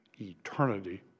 eternity